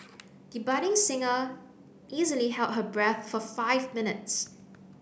the budding singer easily held her breath for five minutes